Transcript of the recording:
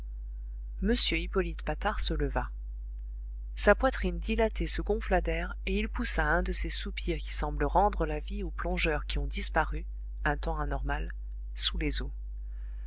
m hippolyte patard se leva sa poitrine dilatée se gonfla d'air et il poussa un de ces soupirs qui semblent rendre la vie aux plongeurs qui ont disparu un temps anormal sous les eaux